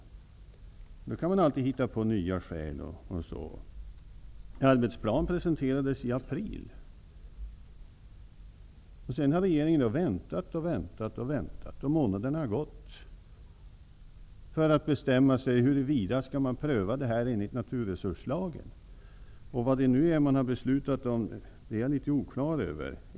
Då kan man alltid hitta på nya skäl. En arbetsplan presenterades i april, och sedan har regeringen väntat och väntat, för att bestämma sig huruvida man skall pröva projektet enligt naturresurslagen, och månaderna har gått. Vad regeringen nu har beslutat om är jag oklar över.